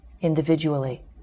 individually